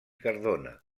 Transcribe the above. cardona